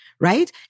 Right